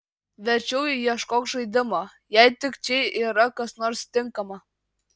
verčiau ieškok žaidimo jei tik čia yra kas nors tinkama